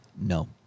No